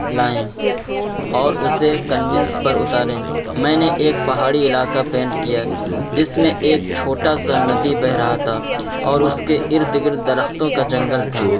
لائیں اور اسے کنونس پر اتاریں میں نے ایک پہاڑی علاقہ پینٹ کیا جس میں ایک چھوٹا سا ندی بہہ رہا تھا اور اس کے ارد گرد درختوں کا جنگل تھا